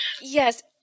Yes